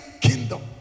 kingdom